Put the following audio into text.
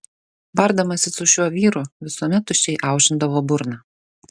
bardamasi su šiuo vyru visuomet tuščiai aušindavo burną